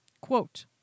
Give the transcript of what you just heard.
Quote